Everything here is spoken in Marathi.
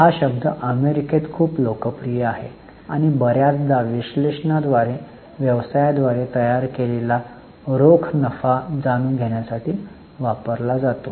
हा शब्द अमेरिकेत खूप लोकप्रिय आहे आणि बर्याचदा विश्लेषणाद्वारे व्यवसायाद्वारे तयार केलेला रोख नफा जाणून घेण्यासाठी वापरला जातो